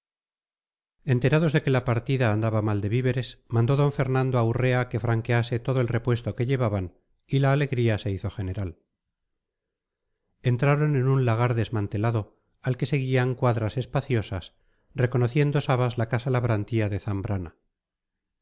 enterados de que la partida andaba mal de víveres mandó d fernando a urrea que franquease todo el repuesto que llevaban y la alegría se hizo general entraron en un lagar desmantelado al que seguían cuadras espaciosas reconociendo sabas la casa labrantía de zambrana